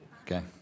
Okay